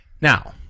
Now